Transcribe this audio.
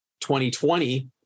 2020